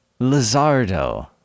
Lizardo